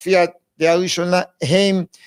‫תופיע דעה ראשונה, הם.